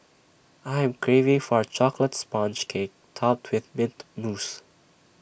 I am craving for A Chocolate Sponge Cake Topped with Mint Mousse